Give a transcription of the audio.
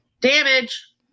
Damage